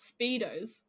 speedos